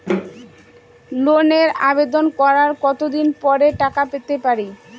লোনের আবেদন করার কত দিন পরে টাকা পেতে পারি?